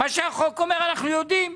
את מה שהחוק אומר אנחנו יודעים.